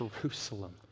Jerusalem